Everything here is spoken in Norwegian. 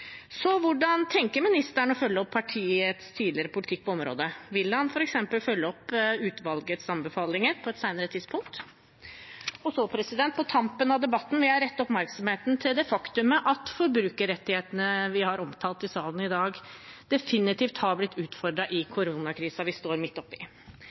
Så hvordan tenker ministeren å følge opp partiets tidligere politikk på området? Vil han f.eks. følge opp utvalgets anbefalinger på et senere tidspunkt? På tampen av debatten vil jeg rette oppmerksomheten mot det faktum at forbrukerrettighetene vi har omtalt i salen i dag, definitivt har blitt utfordret i koronakrisen vi står midt oppe i.